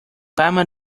palma